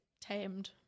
tamed